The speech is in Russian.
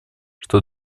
что